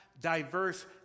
diverse